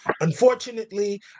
unfortunately